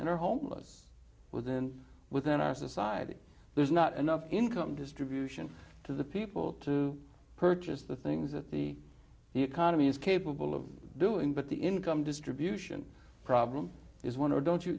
and are homeless within within our society there's not enough income distribution to the people to purchase the things that the economy is capable of doing but the income distribution problem is one or don't